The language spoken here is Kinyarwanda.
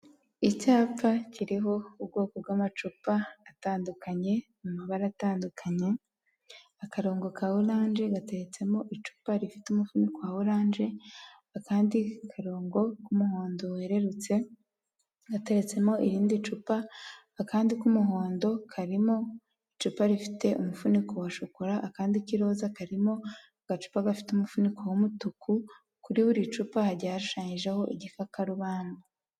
Icyapa kiriho ubwoko bw'amacupa atandukanye mu mabara atandukanye, akarongo ka oranje gatetsemo icupa rifite umufuniko wa oranje, akandi karongo k'umuhondo werererutse gateretsemo irindi cupa, akandi k'umuhondo karimo icupa rifite umufuniko wa shokora, akandi k'iroza karimo agacupa gafite umufuniko w'umutuku, kuri buri cupa hagiye hashushanyijeho igikakaruba.